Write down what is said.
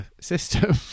system